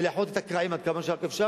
ולאחות את הקרעים עד כמה שרק אפשר,